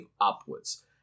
upwards